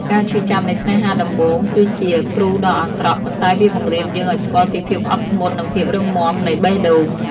ការឈឺចាប់នៃស្នេហាដំបូងគឺជា "គ្រូដ៏អាក្រក់" ប៉ុន្តែវាបង្រៀនយើងឱ្យស្គាល់ពីភាពអត់ធ្មត់ និងភាពរឹងមាំនៃបេះដូង។